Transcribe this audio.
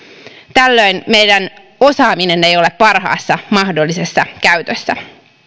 tällöin meidän osaaminen ei ole parhaassa mahdollisessa käytössä